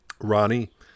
Ronnie